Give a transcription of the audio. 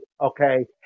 okay